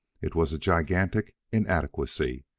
it was a gigantic inadequacy.